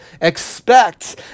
Expect